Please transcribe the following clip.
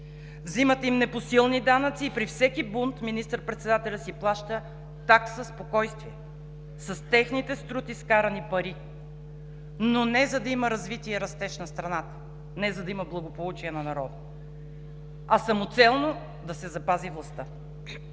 взимате им непосилни данъци. При всеки бунт министър-председателят си плаща такса „спокойствие“ с техните с труд изкарани пари, но не за да има развитие и растеж на страната, не за да има благополучие на народа, а самоцелно да се запази властта.